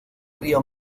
río